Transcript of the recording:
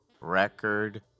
record